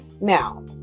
Now